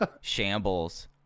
shambles